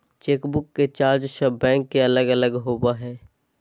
chequebook के charge सब bank के अलग अलग होबा हइ